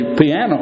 piano